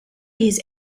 his